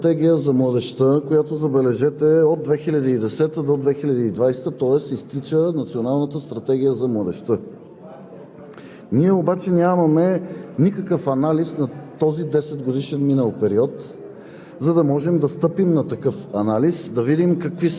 Няма как да се съгласим, защото тревожните неща за нас не са малко. В Доклада се говори за Национална стратегия за младежта, която, забележете, е от 2010-а до 2020 г., тоест изтича Националната стратегия за младежта.